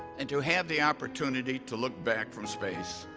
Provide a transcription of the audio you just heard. and to have the opportunity to look back from space